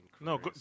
No